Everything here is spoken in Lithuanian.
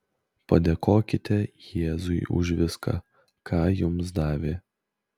padėkokite jėzui už viską ką jums davė